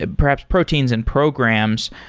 ah perhaps proteins and programs,